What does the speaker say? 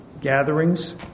gatherings